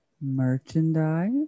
merchandise